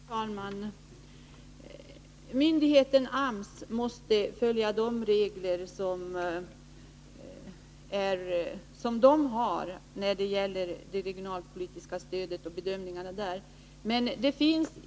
Fru talman! Myndigheten AMS måste följa sina regler när det gäller det regionalpolitiska stödet och de bedömningar som i det sammanhanget kan bli aktuella.